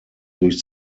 durch